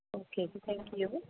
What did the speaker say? okay ji thank you